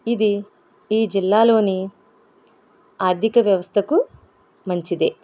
ఇది ఈ జిల్లాలోని ఆర్థిక వ్యవస్థకు మంచిది